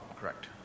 correct